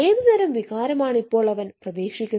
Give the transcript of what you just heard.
ഏതുതരം വികാരമാണ് ഇപ്പോൾ അവൻ പ്രതീക്ഷിക്കുന്നത്